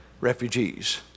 refugees